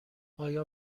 آیا